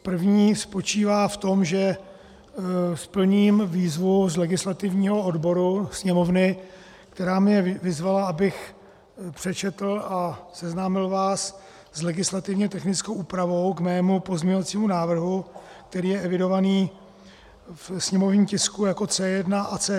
První spočívá v tom, že splním výzvu z legislativního odboru Sněmovny, který mě vyzval, abych přečetl a seznámil vás s legislativně technickou úpravou k svému pozměňovacímu návrhu, který je evidovaný ve sněmovním tisku jako C1 a C2.